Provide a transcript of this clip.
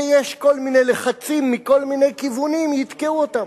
כשיש כל מיני לחצים מכל מיני כיוונים, יתקעו אותה.